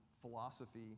philosophy